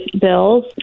bills